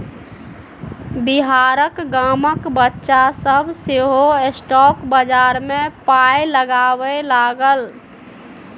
बिहारक गामक बच्चा सभ सेहो स्टॉक बजार मे पाय लगबै लागल